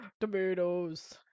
Tomatoes